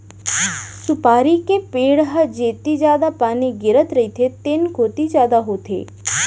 सुपारी के पेड़ ह जेती जादा पानी गिरत रथे तेन कोती जादा होथे